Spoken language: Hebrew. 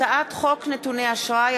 הצעת חוק נתוני אשראי,